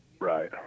Right